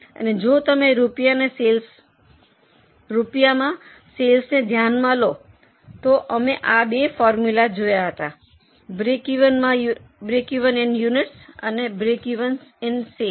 અને જો તમે રૂપિયામાં સેલ્સને ધ્યાનમાં લો તો અમે આ બે ફોર્મ્યુલા જોયા હતા બ્રેકિવનમાં યુનિટસ અને બ્રેકિવનમાં સેલ્સ